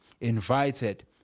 invited